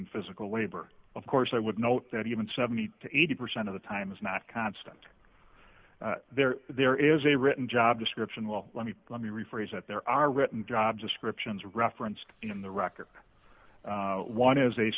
in physical labor of course i would note that even seventy to eighty percent of the time is not constant there there is a written job description well let me let me rephrase that there are written job descriptions referenced in the wrecker one is a